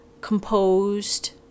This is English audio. composed